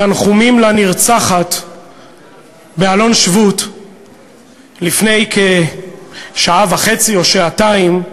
תנחומים למשפחת הנרצחת באלון-שבות לפני כשעה וחצי או שעתיים,